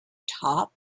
top